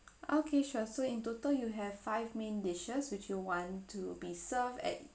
okay sure so in total you have five main dishes which you want to be served at